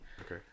Okay